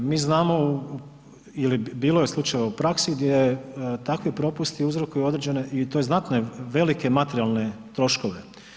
Mi znamo ili bilo je slučajeva u praksi gdje takvi propusti uzrokuju i određene i to znatne, velike materijalne troškove.